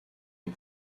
les